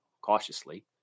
cautiously